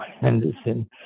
Henderson